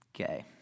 Okay